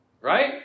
Right